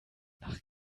nach